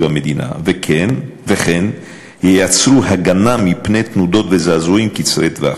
המדינה וכן ייצרו הגנה מפני תנודות וזעזועים קצרי טווח.